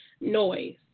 noise